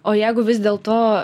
o jeigu vis dėlto